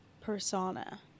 persona